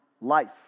life